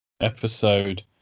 episode